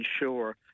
ensure